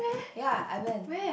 ya I went